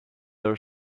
are